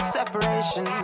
separation